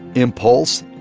impulse.